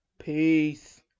peace